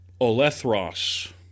Olethros